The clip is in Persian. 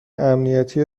امنیتی